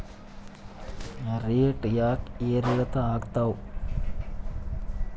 Rate ಯಾಕೆ ಏರಿಳಿತ ಆಗ್ತಾವ?